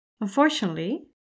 Unfortunately